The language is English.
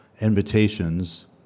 Invitations